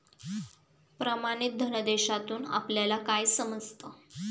प्रमाणित धनादेशातून आपल्याला काय समजतं?